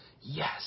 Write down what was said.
yes